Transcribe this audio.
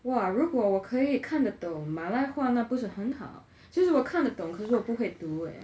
!wah! 如果我可以看得懂马来话那不是很好就是我看得懂可是我不会读 eh